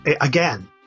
Again